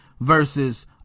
Versus